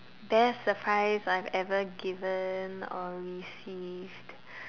best surprise I've ever given or received